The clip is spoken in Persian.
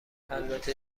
البته